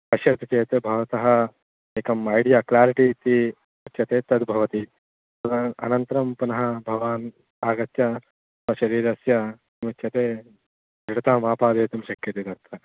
पश्यति चेत् भवन्तः एकम् ऐडिया अ क्लारिटि इति उच्यते तद् भवति तदा अनन्तरं पुनः भवान् आगत्य शरीरस्य किमुच्यते दृढतामापादयितुं शक्यते तत्र